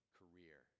career